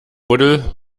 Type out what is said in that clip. buddel